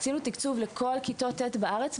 עשינו חשבון לתקציב לכל כיתות ט' בארץ,